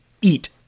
eat